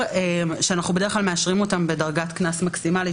שאנחנו בדרך כלל מאשרים אותם בדרגת קנס מקסימלית,